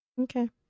Okay